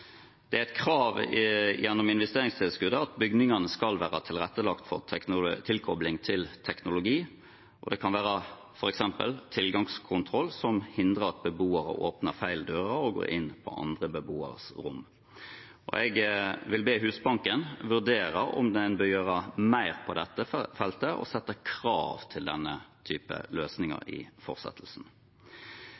Det er et krav gjennom investeringstilskuddet at bygningene skal være tilrettelagt for tilkobling til teknologi, og det kan være f.eks. tilgangskontroll som hindrer at beboere åpner feil dører og går inn på andre beboeres rom. Jeg vil be Husbanken vurdere om den bør gjøre mer på dette feltet og sette krav til denne typen løsninger